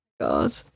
God